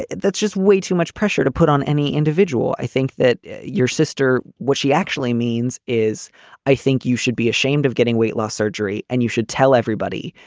that's just way too much pressure to put on any individual. i think that your sister what she actually means is i think you should be ashamed of getting weight loss surgery and you should tell everybody,